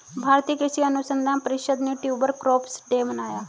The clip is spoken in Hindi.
भारतीय कृषि अनुसंधान परिषद ने ट्यूबर क्रॉप्स डे मनाया